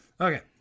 okay